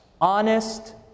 Honest